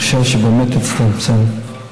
אני חושב שבאמת הצטמצם.